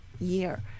year